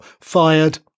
fired